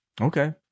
Okay